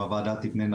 אם הוועדה תפנה,